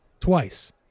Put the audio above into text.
twice